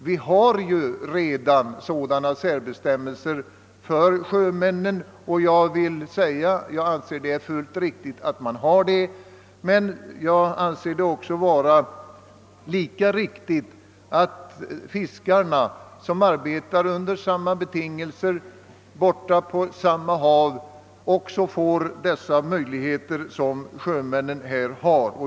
Vi har ju redan särskilda bestämmelser för sjömän. Jag anser detta vara fullt riktigt, men jag anser det lika riktigt att fiskare, som arbetar under samma betingelser och på samma hav, får samma möjligheter som sjömännen har.